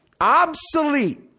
obsolete